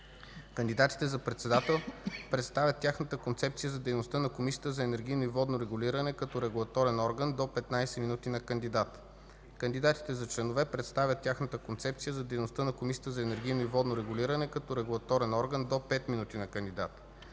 Кандидатите за председател представят тяхната концепция за дейността на Комисията за енергийно и водно регулиране като регулаторен орган – до 15 минути на кандидат. Кандидатите за членове представят тяхната концепция за дейността на Комисията за енергийно и водно регулиране като регулаторен орган – до 5 минути на кандидат.